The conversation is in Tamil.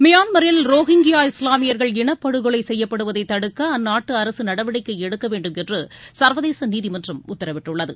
மியன்மரில் ரோஹிங்யா இஸ்லாமியர்கள் இனப்படுகொலை செய்யப்படுவதை தடுக்க அந்நாட்டு அரசு நடவடிக்கை எடுக்கவேண்டும் என்று சர்வதேச நீதிமன்றம் உத்தரவிட்டுள்ளது